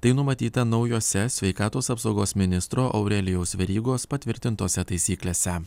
tai numatyta naujose sveikatos apsaugos ministro aurelijaus verygos patvirtintose taisyklėse